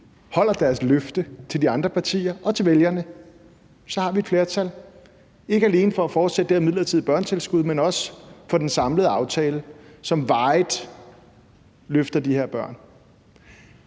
holder deres løfte til de andre partier og til vælgerne, så har vi et flertal, ikke alene for at fortsætte det her midlertidige børnetilskud, men også for den samlede aftale, som varigt løfter de her børn.